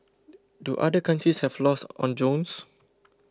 do other countries have laws on drones